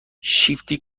شیفتی